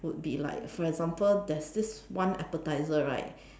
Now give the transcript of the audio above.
would be like for example there's this one appetizer right